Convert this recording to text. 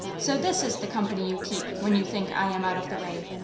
so this is the company you keep when you think i am out of the way!